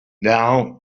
now